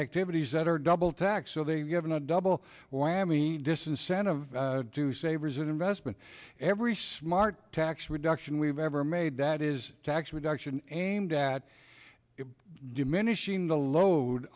activities that are double tax so they are given a double whammy disincentive to savers an investment every smart tax reduction we've ever made that is tax reduction and that is diminishing the load